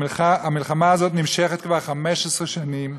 המלחמה הזאת נמשכת כבר 15 שנים,